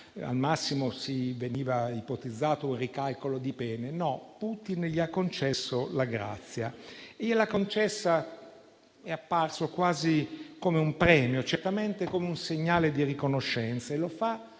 al massimo veniva ipotizzato un ricalcolo di pena. No, Putin gli ha concesso la grazia e questo è apparso quasi come un premio, certamente come un segnale di riconoscenza. E lo fa